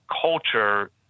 culture